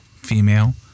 female